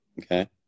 Okay